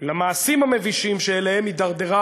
למעשים המבישים שאליהם הידרדרה